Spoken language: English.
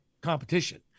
competition